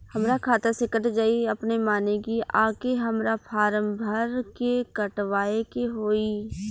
हमरा खाता से कट जायी अपने माने की आके हमरा फारम भर के कटवाए के होई?